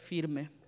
firme